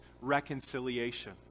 reconciliation